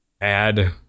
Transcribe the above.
add